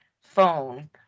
phone